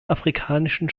afrikanischen